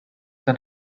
than